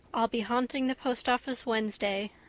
i'll be haunting the post office wednesday,